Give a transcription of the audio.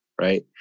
right